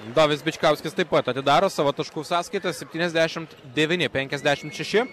dovis bičkauskis taip pat atidaro savo taškų sąskaitą septyniasdešimt devyni penkiasdešimt šeši